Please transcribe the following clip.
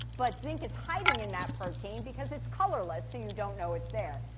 but zinc is hiding in that protein because it's colorless so you don't know it's there.